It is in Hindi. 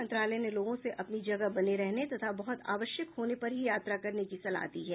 मंत्रालय ने लोगों से अपनी जगह बने रहने तथा बहुत आवश्यक होने पर ही यात्रा करने की सलाह दी है